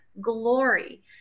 glory